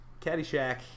Caddyshack